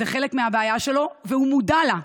זה חלק מהבעיה שלו, והוא מודע לה.